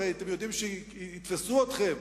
הרי אתם יודעים שיתפסו אתכם,